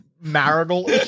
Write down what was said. marital